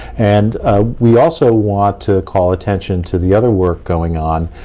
and we also want to call attention to the other work going on.